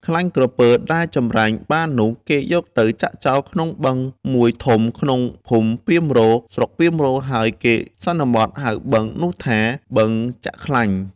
ខ្លាញ់ក្រពើដែលចម្រាញ់បាននោះ គេយកទៅចាក់ចោលក្នុងបឹង ១ ធំ ក្នុងឃុំពាមរក៍ ស្រុកពាមរក៍ ហើយគេសន្មតហៅបឹងនោះថា “បឹងចាក់ខ្លាញ់”។